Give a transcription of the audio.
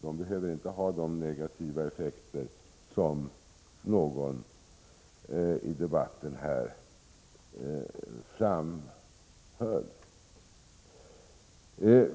De behöver inte få sådana negativa effekter som någon i debatten här framfört.